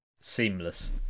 Seamless